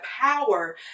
power